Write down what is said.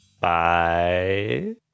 bye